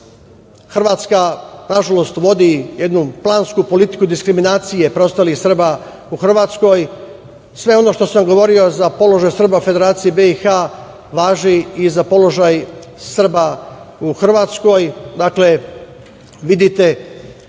Hrvatska vodi jednu plansku politiku diskriminacije preostalih Srba u Hrvatskoj. Sve ono što sam govorio za položaj Srba u Federaciji BiH važi i za položaj Srba u Hrvatskoj. Dakle,